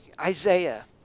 Isaiah